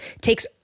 takes